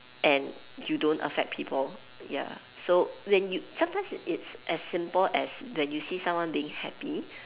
and you don't affect people ya so when you sometimes it's as simple as you see someone being happy